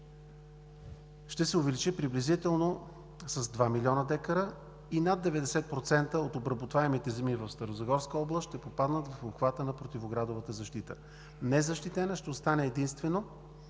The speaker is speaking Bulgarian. ще се увеличи приблизително с два милиона декара и над 90% от обработваемите земи в Старозагорска област ще попаднат в обхвата на противоградовата защита. Незащитена ще остане единствено